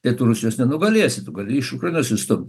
tai tu rusijos nenugalėsi tu gali iš ukrainos išstumt